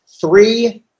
three